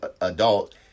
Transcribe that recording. adult